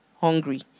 hungry